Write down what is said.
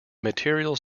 materials